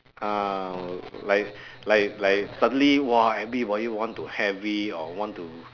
ah like like like suddenly !wah! everybody want to have it or want to